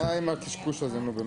די עם הקשקוש הזה, נו באמת.